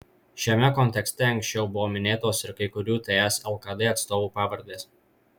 šiame kontekste anksčiau buvo minėtos ir kai kurių ts lkd atstovų pavardės